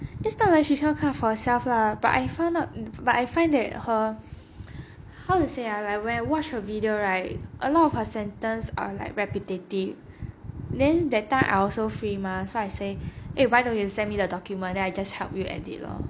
that's not like she cannot cut for herself lah but I find out but I find that her how to say ah when I watch her watch video right a lot of her sentence are like repetitive then that time I also free mah so I say eh why don't you and me the document then I just help you edit lor